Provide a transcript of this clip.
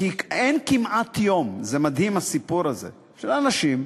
כי אין כמעט יום, זה מדהים, הסיפור הזה, של אנשים,